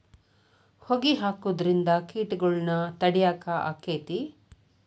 ಹೊಗಿ ಹಾಕುದ್ರಿಂದ ಕೇಟಗೊಳ್ನ ತಡಿಯಾಕ ಆಕ್ಕೆತಿ?